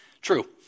true